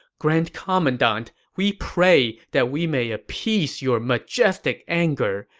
grand commandant, we pray that we may appease your majestic anger.